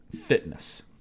fitness